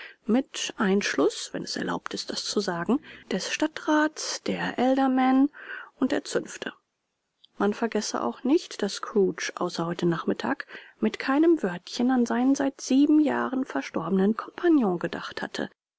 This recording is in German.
mit einschluß wenn es erlaubt ist das zu sagen des stadtrats der aldermen und der zünfte man vergesse auch nicht daß scrooge außer heute nachmittag mit keinem wörtchen an seinen seit sieben jahren verstorbenen compagnon gedacht hatte